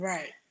Right